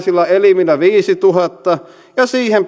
elimillä viisituhatta ja